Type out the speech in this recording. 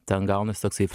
ten gaunasi toksai